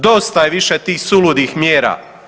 Dosta je više tih suludih mjera.